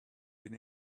been